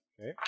Okay